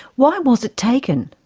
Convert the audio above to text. why was it taken?